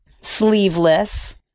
sleeveless